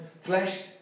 flesh